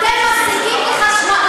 אתם מפסיקים את החשמל,